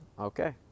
Okay